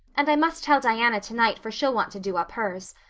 and i must tell diana tonight, for she'll want to do up hers.